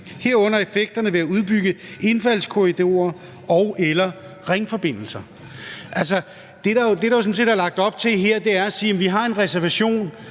herunder effekterne ved at udbygge indfaldskorridorer og/eller ringforbindelser. Det, der jo sådan set er lagt op til her, er at sige: Vi har en reservation;